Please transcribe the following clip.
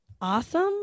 awesome